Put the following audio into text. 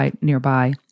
nearby